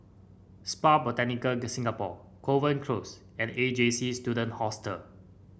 Spa Botanica Singapore Kovan Close and A J C Student Hostel